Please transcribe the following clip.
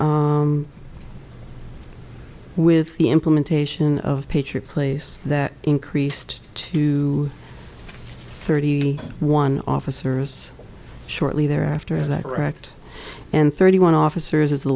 with the implementation of picher place that increased to thirty one officers shortly thereafter is that correct and thirty one officers is the